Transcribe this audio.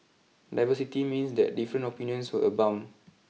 diversity means that different opinions will abound